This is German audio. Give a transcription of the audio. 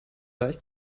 deich